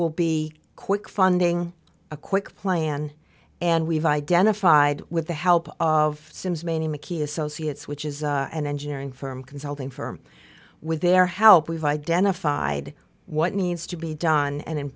will be quick funding a quick plan and we've identified with the help of sims many maccie associates which is an engineering firm consulting firm with their help we've identified what needs to be done and